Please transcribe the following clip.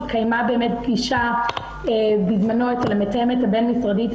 התקיימה באמת פגישה בזמנו אצל המתאמת הבין-משרדית,